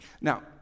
Now